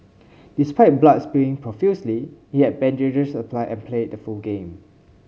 despite blood spewing profusely he had bandages applied and played the full game